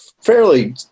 fairly